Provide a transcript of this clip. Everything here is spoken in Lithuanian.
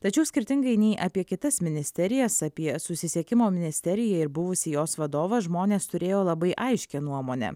tačiau skirtingai nei apie kitas ministerijas apie susisiekimo ministeriją ir buvusį jos vadovą žmonės turėjo labai aiškią nuomonę